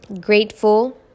grateful